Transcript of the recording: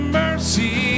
mercy